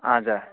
हजुर